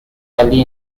early